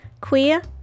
queer